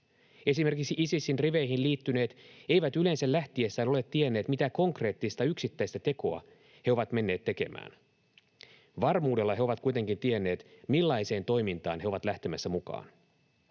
Esimerkiksi Isisin riveihin liittyneet eivät yleensä lähtiessään ole tienneet, mitä konkreettista, yksittäistä tekoa he ovat menneet tekemään. Varmuudella he ovat kuitenkin tienneet, millaiseen toimintaan he ovat lähtemässä mukaan.